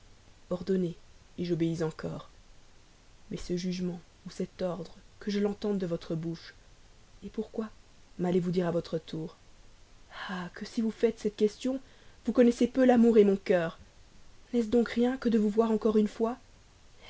ordonnez j'obéis encore mais ce jugement ou cet ordre que je l'entende de votre bouche et pourquoi mallez vous dire à votre tour ah que si vous faites cette question vous connaissez peu l'amour mon cœur n'est-ce donc rien que de vous voir encore une fois